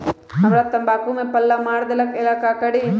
हमरा तंबाकू में पल्ला मार देलक ये ला का करी?